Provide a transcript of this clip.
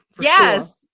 Yes